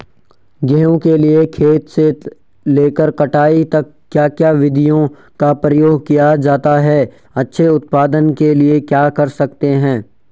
गेहूँ के लिए खेत तैयार से लेकर कटाई तक क्या क्या विधियों का प्रयोग किया जाता है अच्छे उत्पादन के लिए क्या कर सकते हैं?